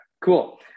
cool